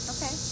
Okay